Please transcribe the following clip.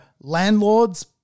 landlords